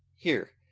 here,